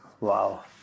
Wow